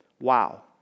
Wow